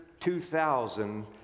2000